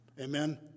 Amen